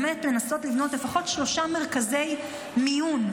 באמת לנסות לבנות לפחות שלושה מרכזי מיון,